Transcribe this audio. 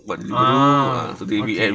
ah okay